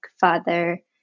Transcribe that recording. father